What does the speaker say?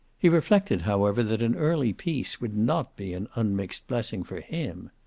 he reflected, however, that an early peace would not be an unmixed blessing for him.